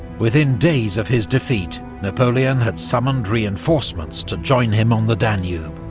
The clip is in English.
within days of his defeat, napoleon had summoned reinforcements to join him on the danube,